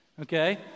okay